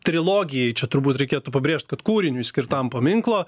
trilogijai čia turbūt reikėtų pabrėžt kad kūriniui skirtam paminklo